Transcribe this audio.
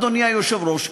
אדוני היושב-ראש,